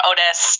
Otis